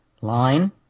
line